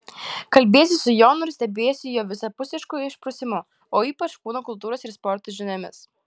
kalbiesi su jonu ir stebiesi jo visapusišku išprusimu o ypač kūno kultūros ir sporto žiniomis